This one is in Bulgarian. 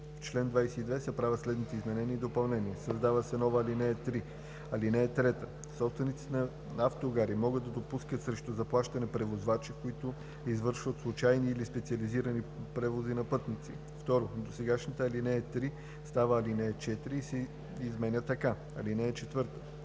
чл. 22 се правят следните изменения и допълнения: 1. Създава се нова ал. 3: „(3) Собствениците на автогари могат да допускат срещу заплащане превозвачи, които извършват случайни или специализирани превози на пътници.“ 2. Досегашната ал. 3 става ал. 4 и се изменя така: „(4)